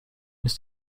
ist